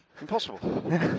Impossible